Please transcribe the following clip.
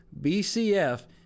BCF